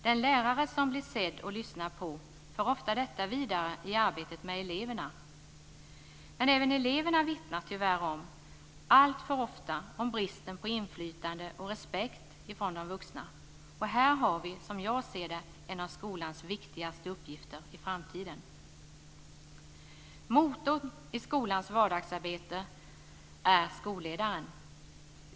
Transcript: Den lärare som blir sedd och lyssnad på för detta ofta vidare i arbetet med eleverna. Men eleverna vittnar tyvärr alltför ofta om bristen på inflytande och respekt från de vuxna. Här har vi, som jag ser det, en av skolans viktigaste uppgifter i framtiden. Motorn i skolans vardagsarbete är skolledaren.